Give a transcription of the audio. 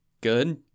Good